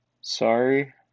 Sorry